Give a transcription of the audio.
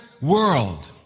world